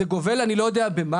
זה גובל, אני לא יודע במה,